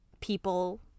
people